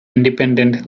independent